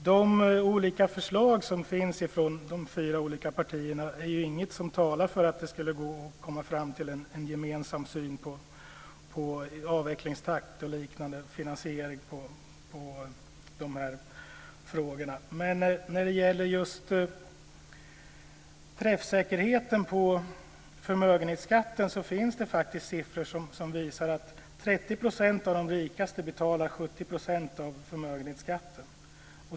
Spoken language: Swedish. Herr talman! De förslag som finns från de fyra partierna talar inte för att det skulle gå att komma fram till en gemensam syn på avvecklingstakt och finansiering när det gäller de här frågorna. Men när det gäller just träffsäkerheten på förmögenhetsskatten finns det siffror som visar att 30 % av de rikaste betalar 70 % av förmögenhetsskatten.